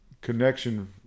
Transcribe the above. connection